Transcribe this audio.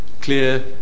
clear